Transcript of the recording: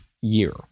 year